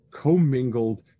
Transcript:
commingled